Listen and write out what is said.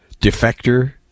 defector